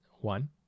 one